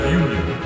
union